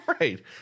Right